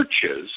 churches